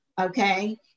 Okay